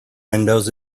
windows